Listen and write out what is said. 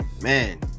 Man